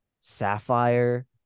Sapphire